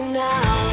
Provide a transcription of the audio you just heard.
now